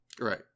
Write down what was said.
Right